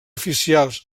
oficials